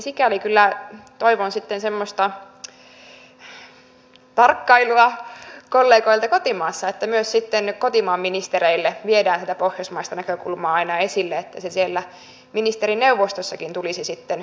sikäli kyllä toivon sitten semmoista tarkkailua kollegoilta kotimaassa että myös sitten kotimaan ministereille viedään sitä pohjoismaista näkökulmaa aina esille että se siellä ministerineuvostossakin tulisi sitten esille